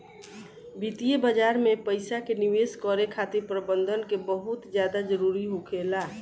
वित्तीय बाजार में पइसा के निवेश करे खातिर प्रबंधन के बहुत ज्यादा जरूरी होखेला